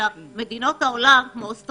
אלא דוגמות של מדינות שכן שינו כמו אוסטרליה,